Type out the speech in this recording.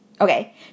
Okay